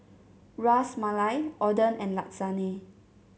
Ras Malai Oden and Lasagne